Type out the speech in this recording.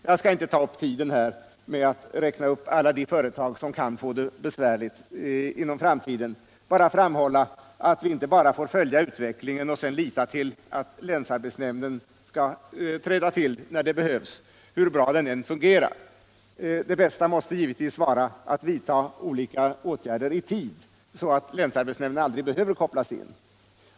Jag skall inte ta upp tiden med att räkna upp alla de företag som kan få det besvärligt i framtiden, utan jag vill endast framhålla att vi inte bara får följa utvecklingen och sedan lita till att länsarbetsnämnden skall träda till när det behövs, hur bra den än fungerar. Det bästa måste givetvis vara att vidta olika åtgärder i tid, så att länsarbetsnämnden aldrig behöver kopplas in.